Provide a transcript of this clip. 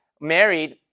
married